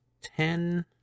ten